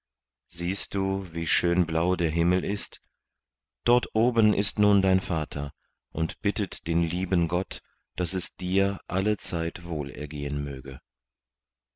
siehst du wie schön blau der himmel ist dort oben ist nun dein vater und bittet den lieben gott daß es dir allezeit wohl ergehen möge